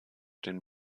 den